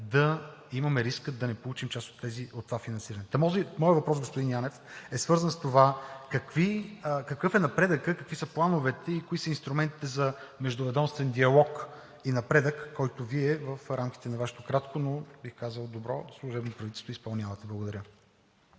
да има риска да не получим част от това финансиране. Та моят въпрос, господин Янев, е свързан с това: какъв е напредъкът, какви са плановете и кои са инструментите за междуведомствен диалог и напредък, който Вие в рамките на Вашето кратко, но, бих казал, добро служебно правителство, изпълнявате? Благодаря.